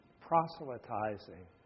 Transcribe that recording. proselytizing